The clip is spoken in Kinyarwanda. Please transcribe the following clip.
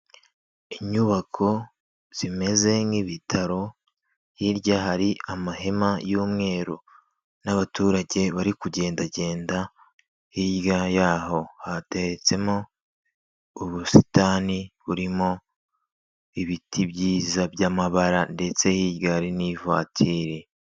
Inyubako zimeze nk'ibitaro, hirya hari amahema y'umweru n'abaturage bari kugendagenda, hirya yaho hateretsemo ubusitani burimo ibiti byiza by'amabara ndetse hirya hari n'ivatiri.